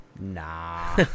Nah